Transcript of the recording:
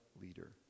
leader